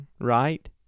right